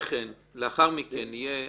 לאחר מכן תהיה הנמקה,